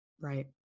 right